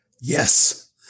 yes